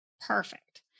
Perfect